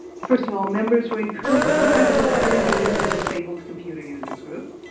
first of all members were encouraged to think of a better name than disabled computer users group.